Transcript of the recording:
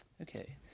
Okay